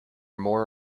more